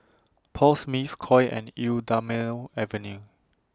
Paul Smith Koi and Eau Thermale Avene